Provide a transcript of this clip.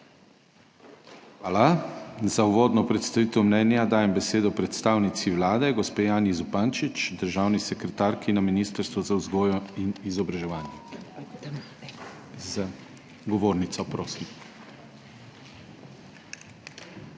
Hvala. Za uvodno predstavitev mnenja dajem besedo predstavnici Vlade gospe Janji Zupančič, državni sekretarki na Ministrstvu za vzgojo in izobraževanje. Za govornico, prosim.